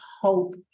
hope